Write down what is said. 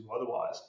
otherwise